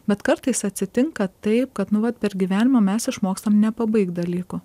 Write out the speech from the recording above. bet kartais atsitinka taip kad nu vat per gyvenimą mes išmokstam nepabaigt dalykų